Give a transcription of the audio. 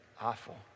awful